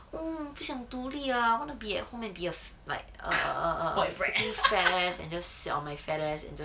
mm 我不想独立啊 I wanna be at home and be a fa~ like a a a fat ass and just sit on my fat ass